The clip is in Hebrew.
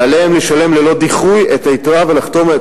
ועליהם לשלם ללא דיחוי את היתרה ולחתום על